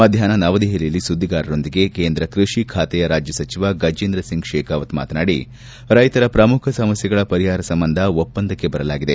ಮಧ್ಯಾಪ್ನ ನವದೆಹಲಿಯಲ್ಲಿ ಸುದ್ಲಿಗಾರರೊಂದಿಗೆ ಕೇಂದ್ರ ಕ್ಷಷಿ ಖಾತೆಯ ರಾಜ್ಯ ಸಚಿವ ಗಜೇಂದ್ರ ಸಿಂಗ್ ಶೆಖಾವತ್ ಮಾತನಾಡಿ ರೈತರ ಪ್ರಮುಖ ಸಮಸ್ನೆಗಳ ಪರಿಹಾರ ಸಂಬಂಧ ಒಪ್ಪಂದಕ್ಕೆ ಬರಲಾಗಿದೆ